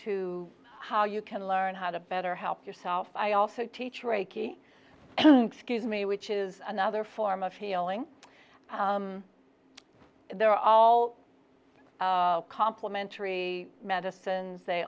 to how you can learn how to better help yourself i also teach reiki scuse me which is another form of healing they're all complimentary medicines they